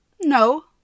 No